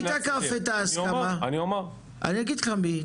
אני אגיד לך מי.